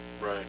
right